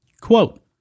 Quote